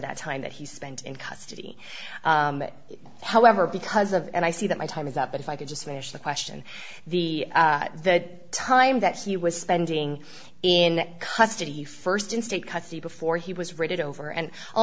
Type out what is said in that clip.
that time that he spent in custody however because of and i see that my time is up if i could just finish the question the that time that he was spending in custody st in state custody before he was raided over and